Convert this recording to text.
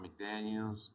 McDaniels